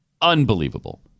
unbelievable